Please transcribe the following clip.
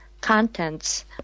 contents